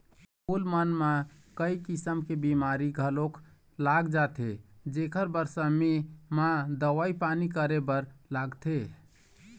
फूल मन म कइ किसम के बेमारी घलोक लाग जाथे जेखर बर समे म दवई पानी करे बर लागथे